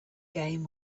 game